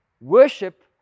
worship